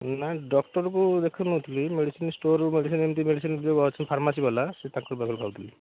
ନା ଡକ୍ଟର୍କୁ ଦେଖାଉନଥିଲି ମେଡ଼ିସିନ୍ ଷ୍ଟୋର୍ରୁ ମେଡ଼ିସିନ୍ ଏମିତି ମେଡ଼ିସିନ୍ ଯେଉଁ ଅଛି ଫାର୍ମାସୀ ବାଲା ସେଇ ତାଙ୍କରି ପାଖରୁ ଖାଉଥିଲି